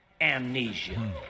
amnesia